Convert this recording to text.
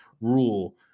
rule